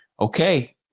okay